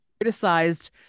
criticized